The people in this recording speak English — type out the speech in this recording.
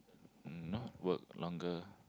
um not work longer